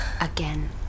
Again